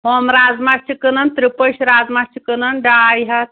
ہُم رَزما چھِ کٕنان تُرٛپٕش رَزما چھِ کٕنان ڈاے ہَتھ